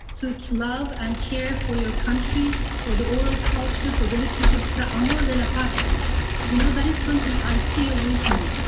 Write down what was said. to love and care for your country, for the oral culture, for the literature that are more than a patriot, you know? that is something i feel with me.